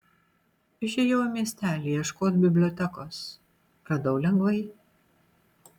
išėjau į miestelį ieškot bibliotekos radau lengvai